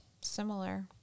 similar